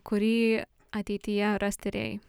kurį ateityje ras tyrėjai